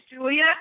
Julia